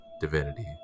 divinity